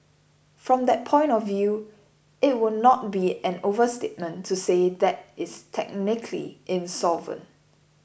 from that point of view it would not be an overstatement to say that is technically insolvent